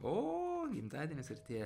o gimtadienis artėja